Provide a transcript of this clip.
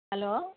hello